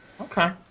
Okay